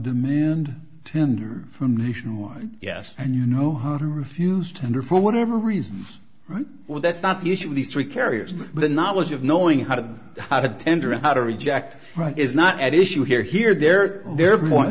know tender from nationwide yes and you know how to refuse tender for whatever reason right well that's not the issue of these three carriers the knowledge of knowing how to how to tender and how to reject is not at issue here here there are there are more